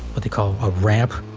what they call a ramp,